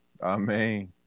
Amen